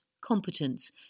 competence